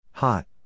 Hot